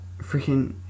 freaking